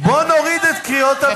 בוא נוריד את קריאות הביניים,